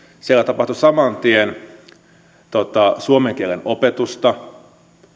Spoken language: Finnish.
siellä tapahtui saman tien suomen kielen opetusta